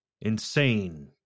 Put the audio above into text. Insane